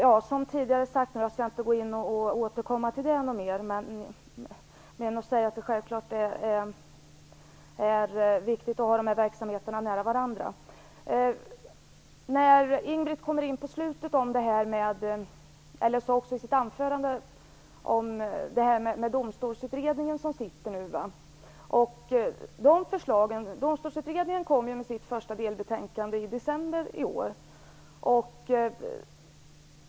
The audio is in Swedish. Herr talman! Jag skall inte återupprepa vad jag redan har sagt. Jag vill bara säga att det självklart är viktigt att dessa verksamheter ligger nära varandra. Jag vill ta upp det som Ingbritt Irhammar kom in på i slutet av sitt anförande, detta med den domstolsutredning som nu sitter. Utredningen kommer ju med sitt första delbetänkande i december i år.